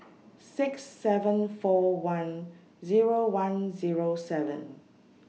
six seven four one Zero one Zero seven